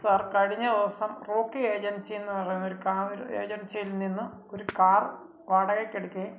sir കഴിഞ്ഞ ദിവസം Rocky agency എന്നു പറയുന്നൊരു ഏജൻസിയിൽ നിന്ന് ഒരു കാർ വാടകയ്ക്കെടുക്കുകയും